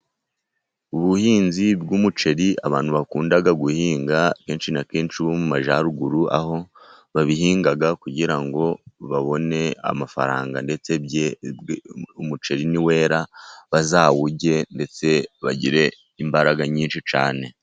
Ubuhinzi bw'umuceri abantu bakunda guhinga kenshi na kenshi bo mu majyaruguru, aho babihinga kugira ngo babone amafaranga ndetse umuceri niwera bazawurye ndetse bagire imbaraga nyinshi cyane.